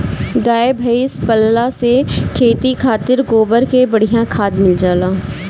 गाई भइस पलला से खेती खातिर गोबर के बढ़िया खाद मिल जाला